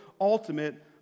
ultimate